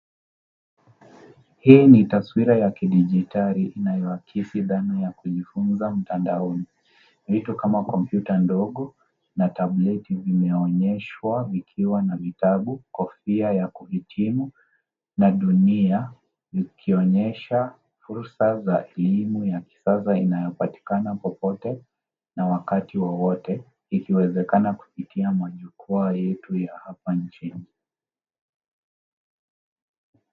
Hii ni taswira ya kidijitali inayoakisi dhana ya kujifunza mtandaoni. Vitu kama kompyuta ndogo na tableti vimeonyeshwa vikiwa na vitabu, kofia ya kuhitimu na dunia, ikionyesha fursa za elimu ya kisasa inayopatikana popote na wakati wowote ikiwezekana kupitia majukwa yetu ya hapa nchini.